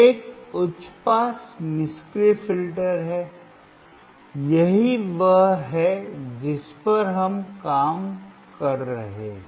एक उच्च पास निष्क्रिय फिल्टर है यही वह है जिस पर हम काम कर रहे हैं